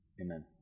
Amen